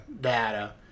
data